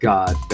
God